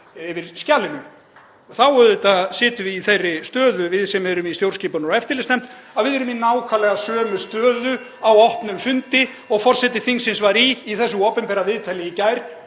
yfir skjalinu. Þá auðvitað sitjum við í þeirri stöðu, við sem erum í stjórnskipunar- og eftirlitsnefnd, að við erum í nákvæmlega sömu stöðu (Forseti hringir.) á opnum fundi og forseti þingsins var í þessu opinbera viðtali í gær.